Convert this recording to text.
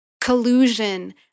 collusion